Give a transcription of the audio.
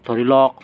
ধৰি লওক